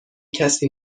کسی